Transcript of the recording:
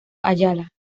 ayala